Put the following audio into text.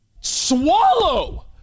swallow